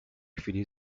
chwili